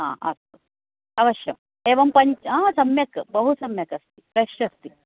आ अस्तु अवश्यम् एवं पञ्च आ सम्यक् बहु सम्यक् अस्ति फ्रेश् अस्ति